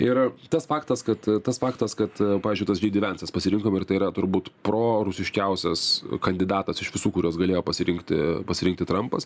ir tas faktas kad tas faktas kad pavyzdžiui tas džei dy vensas pasirinkom ir tai yra turbūt prorusiškiausias kandidatas iš visų kuriuos galėjo pasirinkti pasirinkti trampas